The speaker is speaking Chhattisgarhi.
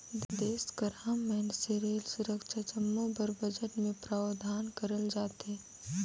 देस कर आम मइनसे रेल, सुरक्छा जम्मो बर बजट में प्रावधान करल जाथे